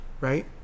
right